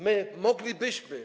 My moglibyśmy.